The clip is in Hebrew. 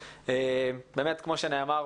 כמו שנאמר פה,